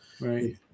Right